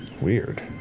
Weird